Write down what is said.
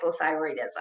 hypothyroidism